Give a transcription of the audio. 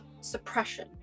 Suppression